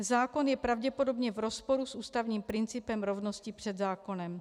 Zákon je pravděpodobně v rozporu s ústavním principem rovnosti před zákonem.